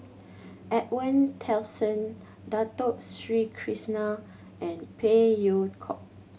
Edwin Tessensohn Dato Sri Krishna and Phey Yew Kok